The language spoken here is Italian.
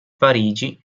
parigi